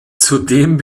zudem